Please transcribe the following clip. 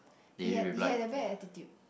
he had he had a bad attitude